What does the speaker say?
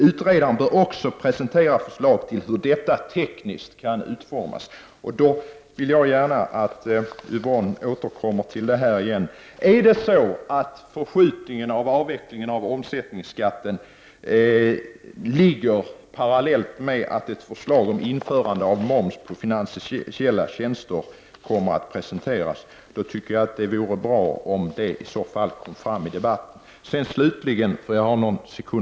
Utredaren bör också presentera förslag till hur detta tekniskt kan utformas. Jag vill gärna att Yvonne Sandberg-Fries återkommer till detta. Om förskjutningen av omsättningsskattens avveckling sker parallellt med att ett förslag om införande av moms på finansiella tjänster presenteras, vore det bra om detta i så fall kom fram i debatten.